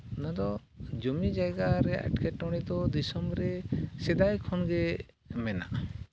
ᱚᱱᱟ ᱫᱚ ᱡᱩᱢᱤ ᱡᱟᱭᱜᱟ ᱨᱮᱭᱟᱜ ᱮᱴᱠᱮᱴᱚᱬᱮ ᱫᱚ ᱫᱤᱥᱚᱢ ᱨᱮ ᱥᱮᱫᱟᱭ ᱠᱷᱚᱱᱜᱮ ᱢᱮᱱᱟᱜᱼᱟ